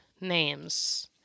names